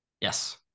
yes